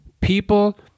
people